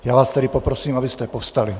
Já vás tedy poprosím, abyste povstali.